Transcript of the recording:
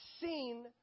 seen